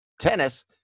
tennis